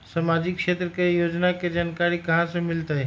सामाजिक क्षेत्र के योजना के जानकारी कहाँ से मिलतै?